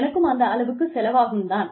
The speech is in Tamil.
எனக்கும் அதே அளவுக்கு செலவாகும் தான்